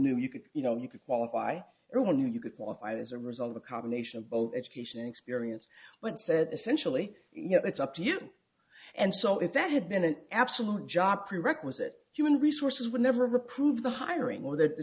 knew you could you know you could qualify who knew you could qualify as a result of a combination of both education experience but said essentially you know it's up to you and so if that had been an absolute job prerequisite human resources would never approve the hiring or that the